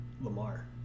Lamar